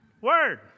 Word